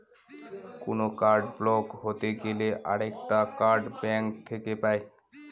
কোনো card block হতে গেলে আরেকটা কার্ড ব্যাঙ্ক থেকে পাই